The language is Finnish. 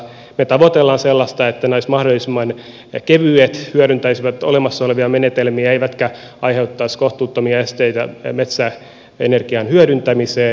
me tavoittelemme sellaista että nämä olisivat mahdollisimman kevyet hyödyntäisivät olemassa olevia menetelmiä eivätkä aiheuttaisi kohtuuttomia esteitä metsäenergian hyödyntämiseen